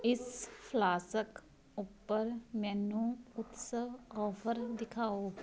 ਇਸ ਫਲਾਸਕ ਉੱਪਰ ਮੈਨੂੰ ਉਤਸਵ ਆਫ਼ਰ ਦਿਖਾਓ